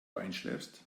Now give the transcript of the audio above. einschläfst